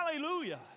hallelujah